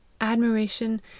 Admiration